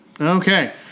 Okay